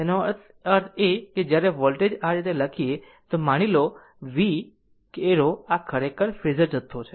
તેનો અર્થ એ કે જ્યારે વોલ્ટેજ આ રીતે લખીએ તો માની લો V એરો આ ખરેખર ફેઝર જથ્થો છે